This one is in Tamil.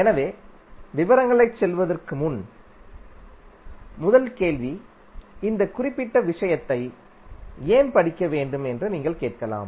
எனவே விவரங்களுக்குச் செல்வதற்கு முன் முதல் கேள்வி இந்த குறிப்பிட்ட விஷயத்தை ஏன் படிக்க வேண்டும் என்று நீங்கள் கேட்கலாம்